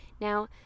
Now